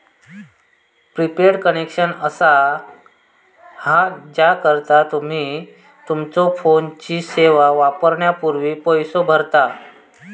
prepaid connection असा हा ज्याकरता तुम्ही तुमच्यो फोनची सेवा वापरण्यापूर्वी पैसो भरता